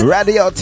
Radio